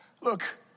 Look